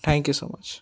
thank you so much